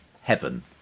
heaven